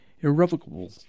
irrevocable